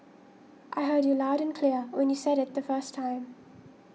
I heard you loud and clear when you said it the first time